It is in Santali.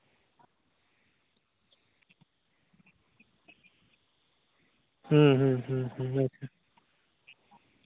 ᱟᱪᱪᱷᱟ